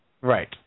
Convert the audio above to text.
Right